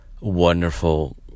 wonderful